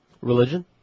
Religion